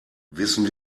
wissen